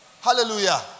Hallelujah